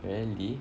really